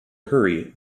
hurry